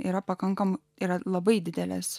yra pakankamai yra labai didelės